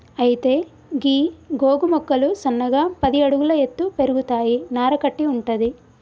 అయితే గీ గోగు మొక్కలు సన్నగా పది అడుగుల ఎత్తు పెరుగుతాయి నార కట్టి వుంటది